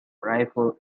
rifle